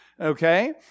Okay